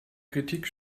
kritik